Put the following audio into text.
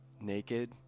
naked